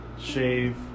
shave